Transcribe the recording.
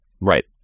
Right